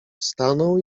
stanął